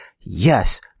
yes